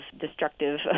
destructive